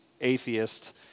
atheist